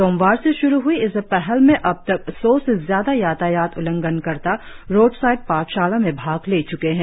सोमवार से श्रु हई इस पहल में अब तक सौ से ज्यादा यातायात उल्लंघनकर्ता रोड साईड पाठशाला में भाग ले च्के है